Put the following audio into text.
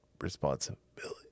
Responsibility